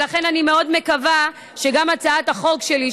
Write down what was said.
ולכן אני מאוד מקווה שגם הצעת החוק שלי,